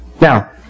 Now